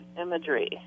imagery